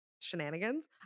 shenanigans